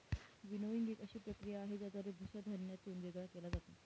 winnowing एक अशी प्रक्रिया आहे, ज्याद्वारे भुसा धान्यातून वेगळा केला जातो